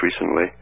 recently